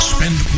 Spend